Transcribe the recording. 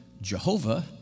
Jehovah